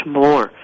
more